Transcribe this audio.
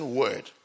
word